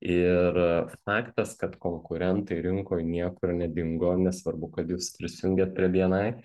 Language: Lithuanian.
ir faktas kad konkurentai rinkoj niekur nedingo nesvarbu kad jūs prisijungėt prie bni